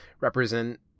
represent